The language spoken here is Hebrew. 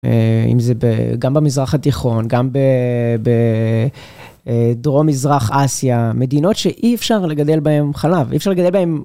אם זה גם במזרח התיכון, גם בדרום-מזרח אסיה, מדינות שאי אפשר לגדל בהן חלב, אי אפשר לגדל בהן...